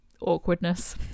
awkwardness